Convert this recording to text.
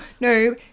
No